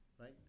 right